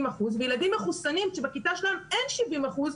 אחוזים וילדים מחוסנים שבכיתה שלהם אין 70 אחוזים,